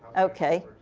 ok.